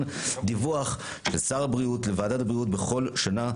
דיווח של שר הבריאות לוועדת הבריאות בכל שנה,